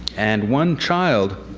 and one child,